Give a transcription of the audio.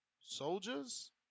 soldiers